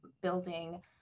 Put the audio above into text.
building